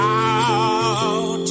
out